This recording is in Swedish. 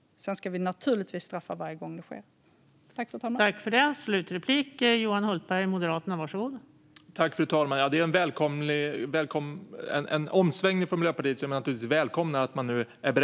Sedan ska vi naturligtvis straffa förövaren varje gång det ändå sker.